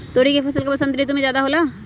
तोरी के फसल का बसंत ऋतु में ज्यादा होला?